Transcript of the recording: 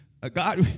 God